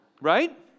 Right